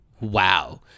wow